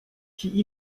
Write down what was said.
qui